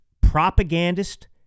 propagandist